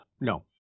no